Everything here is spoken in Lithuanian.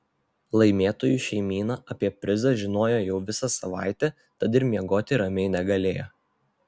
laimėtojų šeimyna apie prizą žinojo jau visą savaitę tad ir miegoti ramiai negalėjo